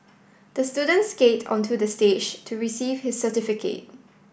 the student skate onto the stage to receive his certificate